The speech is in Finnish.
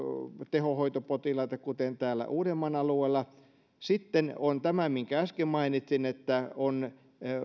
tehohoitopotilaita kuten täällä uudenmaan alueella sitten on tämä minkä äsken mainitsin että on